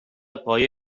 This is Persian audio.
پایه